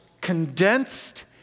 condensed